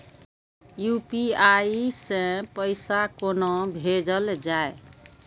UPI सै पैसा कोना भैजल जाय?